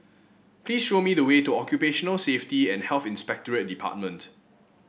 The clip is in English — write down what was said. please show me the way to Occupational Safety and Health Inspectorate Department